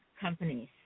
companies